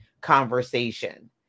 conversation